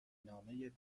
نامه